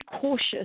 cautious